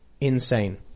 insane